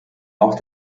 auch